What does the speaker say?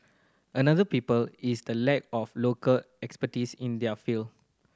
another people is the lack of local expertise in there field